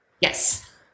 Yes